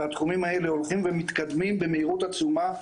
והתחומים האלה הולכים ומתקדמים במהירות עצומה.